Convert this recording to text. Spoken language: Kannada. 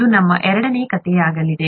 ಇದು ನಮ್ಮ ಎರಡನೇ ಕಥೆಯಾಗಲಿದೆ